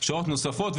שעות נוספות,